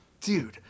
dude